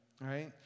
right